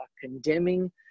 condemning